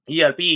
ERP